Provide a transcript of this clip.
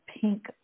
pink